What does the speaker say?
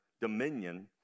dominion